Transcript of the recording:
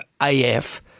AF